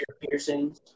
piercings